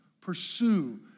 pursue